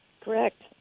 Correct